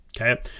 Okay